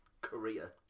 korea